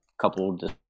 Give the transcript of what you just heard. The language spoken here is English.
couple